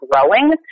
growing